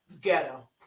Ghetto